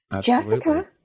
Jessica